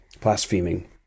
blaspheming